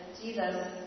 Jesus